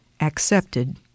accepted